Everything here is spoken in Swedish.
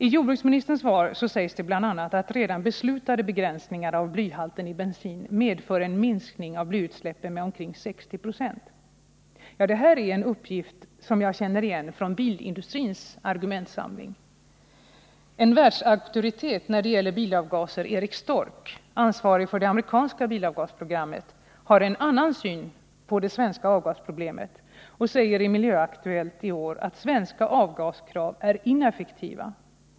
I jordbruksministerns svar sägs bl.a. att redan beslutade begränsningar av blyhalten i bensin medför en minskning av utsläppen med omkring 60 20. Det är en uppgift som jag känner igen från bilindustrins argumentsamling. En världsauktoritet när det gäller bilavgaser, Eric Stork, ansvarig för det amerikanska bilavgasprogrammet, har en annan syn på det svenska avgasproblemet och säger i Miljöaktuellt i år att svenska avgaskrav är ineffektiva.